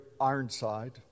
ironside